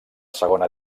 segona